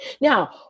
Now